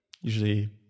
usually